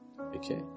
Okay